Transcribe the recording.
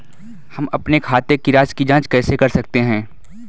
हम अपने खाते की राशि की जाँच कैसे कर सकते हैं?